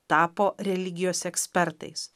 tapo religijos ekspertais